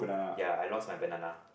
ya I lost my banana